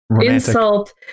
insult